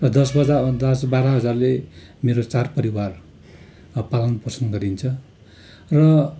दस बाजा दस बाह्र हजारले मेरो चार परिवार पालनपोषन गरिन्छ र